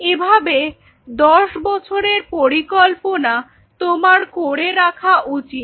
এভাবে দশ বছরের পরিকল্পনা তোমার করে রাখা উচিত